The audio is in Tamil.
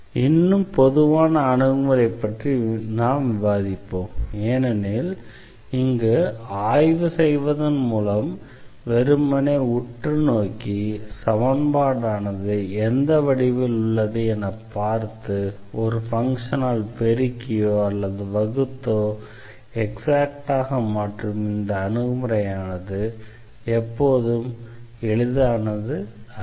இன்னும் பொதுவான அணுகுமுறை பற்றி நாம் விவாதிப்போம் ஏனென்றால் இங்கே ஆய்வு செய்வதன் மூலம் வெறுமனே உற்று நோக்கி சமன்பாடானது எந்த வடிவில் உள்ளது என பார்த்து ஒரு ஃபங்ஷனால் பெருக்கியோ அல்லது வகுத்தோ எக்ஸாக்டாக மாற்றும் இந்த அணுகுமுறை எப்போதும் எளிதானது அல்ல